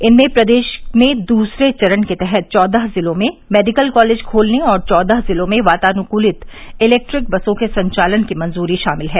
इनमें प्रदेश में दूसरे चरण के तहत चौदह जिलों में मेडिकल कॉलेज खोलने और चौदह जिलों में वातानुकूलित इलेक्ट्रिक बसों के संचालन की मंजूरी शामिल है